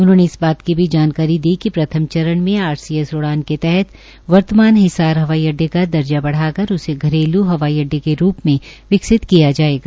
उन्होंने इस बात की भी जानकारी दी कि प्रथम चरण में आरसीएस उड़ान के तहत वर्तमान हिसार हवाई अड्डे का दर्जा बढ़ाकर उसे घरेलू हवाई अड्डे के रूप में विकसित किया जाएगा